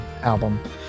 album